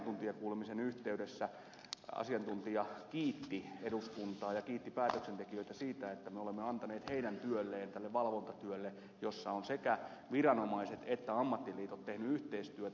meillä asiantuntijakuulemisen yhteydessä asiantuntija kiitti eduskuntaa ja kiitti päätöksentekijöitä siitä että me olemme antaneet tukea heidän valvontatyölleen jossa on sekä viranomaiset että ammattiliitot tehneet yhteistyötä